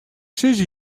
sizze